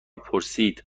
پرسید